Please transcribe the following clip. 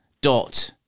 dot